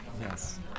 Yes